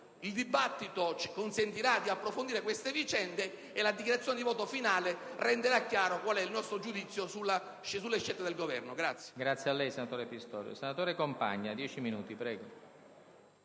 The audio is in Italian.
Il dibattito ci consentirà di approfondire queste vicende e la dichiarazione di voto finale renderà chiaro qual è il nostro giudizio sulle scelte del Governo.